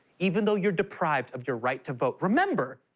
even though you're deprived of your right to vote. remember,